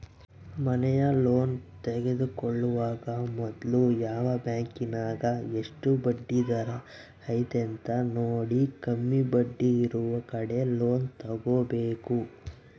ಮನೆಯ ಲೋನ್ ತೆಗೆದುಕೊಳ್ಳುವಾಗ ಮೊದ್ಲು ಯಾವ ಬ್ಯಾಂಕಿನಗ ಎಷ್ಟು ಬಡ್ಡಿದರ ಐತೆಂತ ನೋಡಿ, ಕಮ್ಮಿ ಬಡ್ಡಿಯಿರುವ ಕಡೆ ಲೋನ್ ತಗೊಬೇಕು